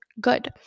good